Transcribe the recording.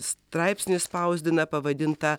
straipsnį spausdina pavadintą